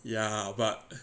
ya but